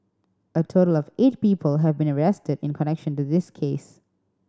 a total of eight people have been arrested in connection to this case